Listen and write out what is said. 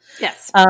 Yes